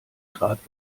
grad